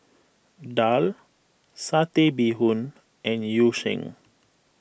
Daal Satay Bee Hoon and Yu Sheng